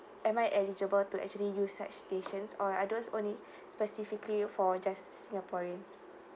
am I eligible to actually use such stations or are those only specifically for just singaporeans